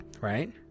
Right